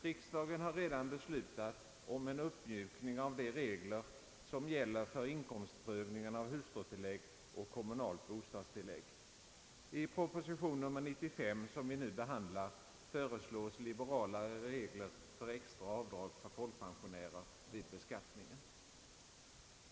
Riksdagen har redan beslutat om en uppmjukning av de regler som gäller för inkomstprövningen av hustrutillägg och kommunalt bostadstillägg. I proposition nr 95, som vi nu behandlar, föreslås liberalare regler för extra avdrag för folkpensionärer vid beskattningen.